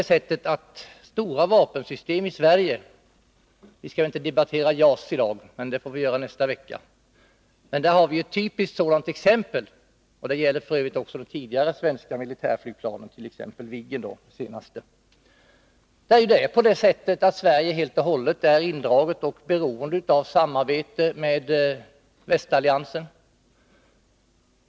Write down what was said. Vi skall inte debattera JAS i dag — det får vi göra nästa vecka. Men där har vi ett typiskt exempel, och det gäller f. ö. också de tidigare svenska militärflygplanen, t.ex. Viggen. Det är på det sättet att Sverige helt och hållet är indraget i och beroende av samarbete med västalliansen.